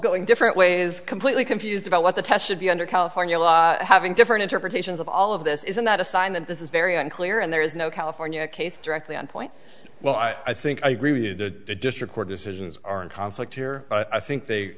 go in different ways completely confused about what the test should be under california law having different interpretations of all of this isn't that a sign that this is very unclear and there is no california case directly on point well i think i agree with you the district court decisions are in conflict here i think they